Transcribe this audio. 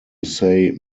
say